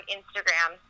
Instagram